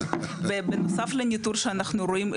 בנוסף לניטור שאנחנו רואים,